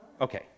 Okay